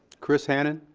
chris hannan.